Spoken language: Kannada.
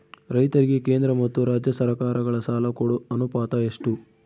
ರೈತರಿಗೆ ಕೇಂದ್ರ ಮತ್ತು ರಾಜ್ಯ ಸರಕಾರಗಳ ಸಾಲ ಕೊಡೋ ಅನುಪಾತ ಎಷ್ಟು?